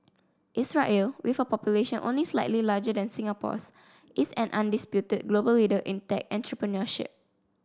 Israel with a population only slightly larger than Singapore's is an undisputed global leader in tech entrepreneurship